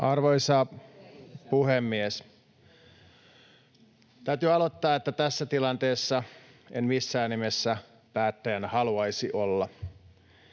Arvoisa puhemies! Täytyy aloittaa, että tässä tilanteessa en missään nimessä päättäjänä haluaisi olla.